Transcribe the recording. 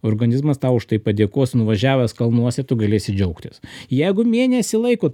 organizmas tau už tai padėkos nuvažiavęs kalnuose tu galėsi džiaugtis jeigu mėnesį laiko tai